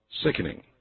sickening